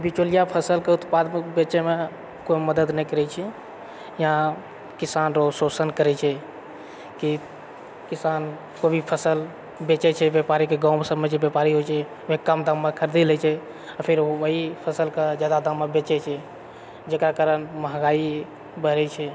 बिचौलिया फसलके उत्पादके बेचैमे केओ मदद नहि करैत छै या किसान रऽ शोषण करैत छै कि किसान कोइ भी फसल बेचै छै व्यापारीके गाँव सबमे जे व्यापारी होइ छै वे कम दाममे खरीद लए छै फेर ओएह फसलके जादा दाममे बेचै छै जकरा कारण महँगाइ बढ़ैत छै